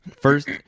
First